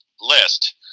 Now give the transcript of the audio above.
list